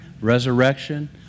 resurrection